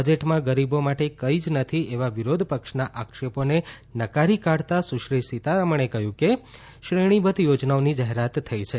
બજેટમાં ગરીબો માટે કઈ જ નથી એવા વિરોધપક્ષના આક્ષેપોને નકારી કાઢતા સુશ્રી સીતારમણે કહ્યું કે શ્રેણીબદ્ધ યોજનાઓની જાહેરાત થઈ છે